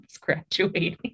graduating